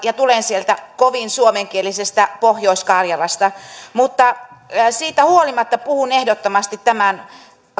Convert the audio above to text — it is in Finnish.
ja tulen sieltä kovin suomenkielisestä pohjois karjalasta mutta siitä huolimatta puhun ehdottomasti tämän